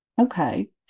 Okay